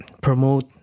promote